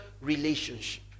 relationship